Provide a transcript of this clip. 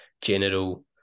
general